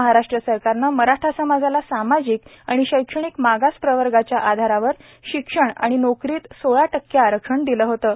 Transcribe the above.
महाराष्ट्र सरकारनं मराठा समाजाला सामाजिक आणि शैक्षणिक मागास प्रवर्गाच्या आधारावर शिक्षण आणि नोकरीत सोळा टक्के आरक्षण दिलं होतं